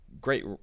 great